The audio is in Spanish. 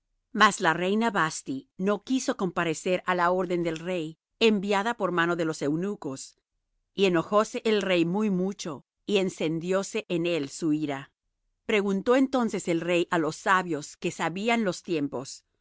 mas la reina vasthi no quiso comparecer á la orden del rey enviada por mano de los eunucos y enojóse el rey muy mucho y encendióse en él su ira preguntó entonces el rey á los sabios que sabían los tiempos